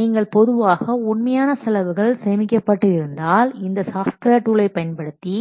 நீங்கள் பொதுவாக உண்மையான செலவுகள் சேமிக்கப்பட்டு இருந்தால் இந்த சாப்ட்வேர் டூலை பயன்படுத்தி